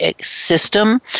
system